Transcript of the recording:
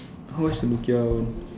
how much a Nokia [one]